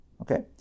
okay